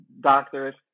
doctors